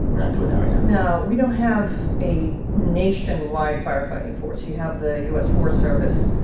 we're not doing that right now no. we don't have a nationwide firefighting force. you have the u s. forest service.